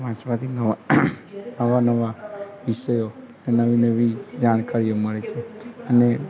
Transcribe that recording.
વાંચવાથી નવા અવાનવા વિષયો નવી નવી જાણકારીઓ મળે છે અને